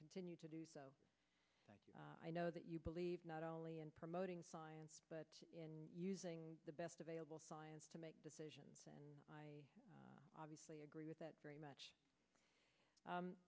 continue to do so i know that you believe not only in promoting science but in using the best available science to make decisions and i obviously agree with that very much